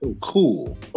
Cool